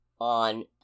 on